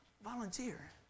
volunteer